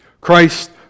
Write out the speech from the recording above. Christ